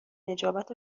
نجابت